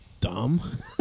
dumb